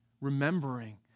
Remembering